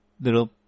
little